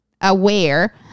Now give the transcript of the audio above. aware